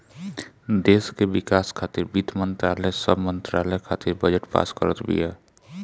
देस के विकास खातिर वित्त मंत्रालय सब मंत्रालय खातिर बजट पास करत बिया